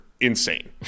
insane